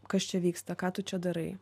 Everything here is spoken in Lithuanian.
kas čia vyksta ką tu čia darai